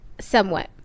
Somewhat